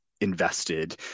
invested